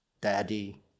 Daddy